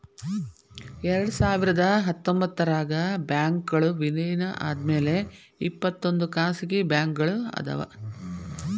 ಎರಡ್ಸಾವಿರದ ಹತ್ತೊಂಬತ್ತರಾಗ ಬ್ಯಾಂಕ್ಗಳ್ ವಿಲೇನ ಆದ್ಮ್ಯಾಲೆ ಇಪ್ಪತ್ತೊಂದ್ ಖಾಸಗಿ ಬ್ಯಾಂಕ್ಗಳ್ ಅದಾವ